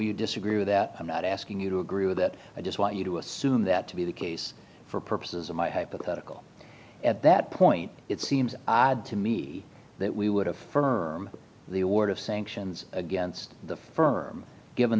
you disagree with that i'm not asking you to agree with that i just want you to assume that to be the case for purposes of my hypothetical at that point it seems odd to me that we would affirm the award of sanctions against the firm given